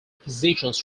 positions